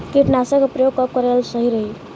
कीटनाशक के प्रयोग कब कराल सही रही?